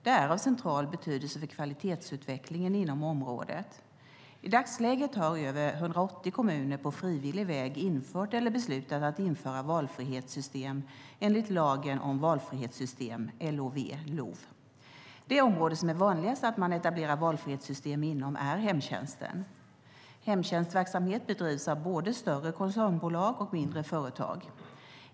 Det är av central betydelse för kvalitetsutvecklingen inom området. I dagsläget har över 180 kommuner på frivillig väg infört eller beslutat att införa valfrihetssystem enligt lagen om valfrihetssystem, LOV. Det område som är vanligast att man etablerar valfrihetssystem inom är hemtjänsten. Hemtjänstverksamhet bedrivs av både större koncernbolag och mindre företag.